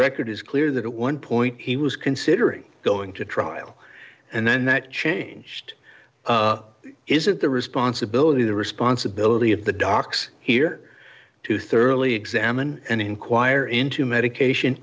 record is clear that at one point he was considering going to trial and then that changed is it the responsibility the responsibility of the docs here to thoroughly examine and inquire into medication